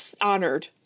honored